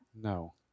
No